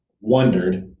wondered